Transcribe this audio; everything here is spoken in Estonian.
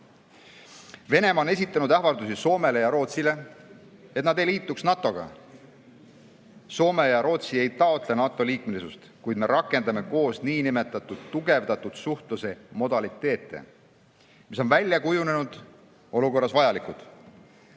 Venemaa on esitanud ähvardusi Soomele ja Rootsile, et nad ei liituks NATO-ga. Soome ja Rootsi ei taotle NATO-liikmelisust, kuid me rakendame koos niinimetatud tugevdatud suhtluse modaliteete, mis on kujunenud olukorras vajalikud.